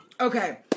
Okay